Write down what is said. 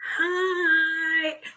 Hi